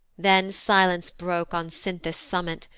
then silence broke on cynthus' summit,